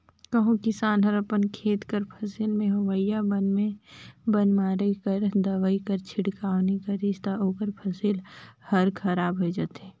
कहों किसान हर अपन खेत कर फसिल में होवइया बन में बन मारे कर दवई कर छिड़काव नी करिस ता ओकर फसिल हर खराब होए जाथे